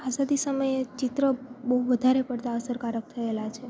આઝાદી સમયે ચિત્રો બહુ વધારે પડતા અસરકારક થયેલાં છે